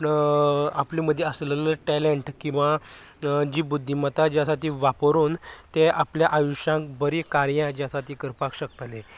आपल्या मदीं आसलेलो टेलंन्ट किंवां जी बुद्दीमतां जी आसा ती वापरून तें आपल्या आयुश्यांत बरी कार्यां जी आसात ती करपाक शकतले